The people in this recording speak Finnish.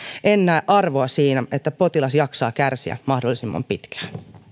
en näe arvoa siinä että potilas jaksaa kärsiä mahdollisimman pitkään